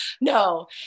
no